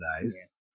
nice